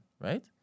right